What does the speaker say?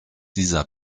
dieser